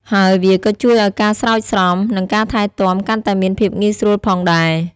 ហើយវាក៏ជួយឱ្យការស្រោចស្រព និងការថែទាំកាន់តែមានភាពងាយស្រួលផងដែរ។